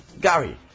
Gary